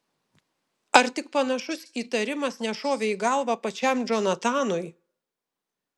ar tik panašus įtarimas nešovė į galvą pačiam džonatanui